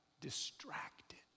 distracted